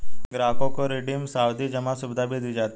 ग्राहकों को रिडीम सावधी जमा सुविधा भी दी जाती है